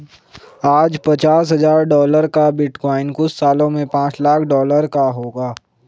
आज पचास हजार डॉलर का बिटकॉइन कुछ सालों में पांच लाख डॉलर का होगा